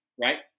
right